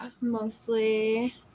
mostly